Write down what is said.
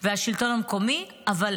והשלטון המקומי, אבל